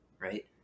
right